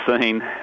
seen